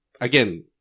again